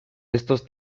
estos